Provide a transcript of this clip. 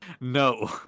No